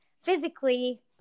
physically